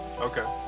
Okay